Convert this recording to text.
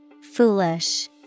Foolish